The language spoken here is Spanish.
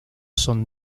son